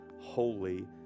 holy